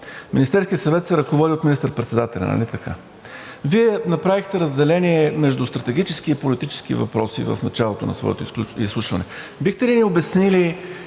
Министерският съвет се ръководи от министър-председателя, нали така? Вие направихте разделение между стратегически и политически въпроси в началото на своето изслушване, бихте ли ни обяснили